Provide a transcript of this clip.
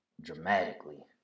dramatically